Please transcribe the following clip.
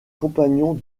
compagnons